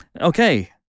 Okay